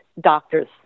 doctors